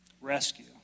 rescue